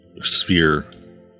sphere